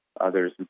others